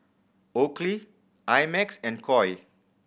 Oakley I Max and Koi